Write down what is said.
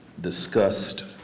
discussed